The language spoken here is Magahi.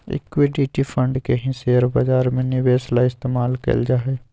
इक्विटी फंड के ही शेयर बाजार में निवेश ला इस्तेमाल कइल जाहई